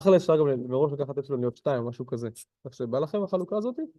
‫אחלה אפשר גם מראש לקחת ‫אפסולניות 2 או משהו כזה. ‫תקשיב, בא לכם החלוקה הזאת?